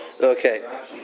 okay